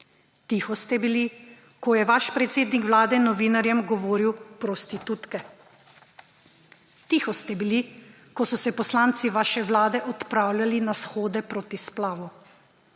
Tiho ste bili, ko je vaš predsednik Vlade novinarjem govoril prostitutke. Tiho ste bili, ko so se poslanci vaše vlade odpravljali na shode proti splavu.